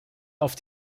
auf